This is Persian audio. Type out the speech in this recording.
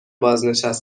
بازنشته